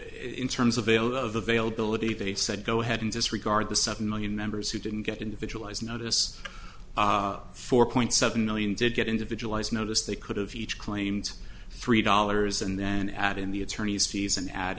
availability they said go ahead and disregard the seven million members who didn't get individualized notice four point seven million did get individualized notice they could have each claimed three dollars and then add in the attorney's fees and ad